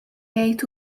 jgħid